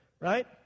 right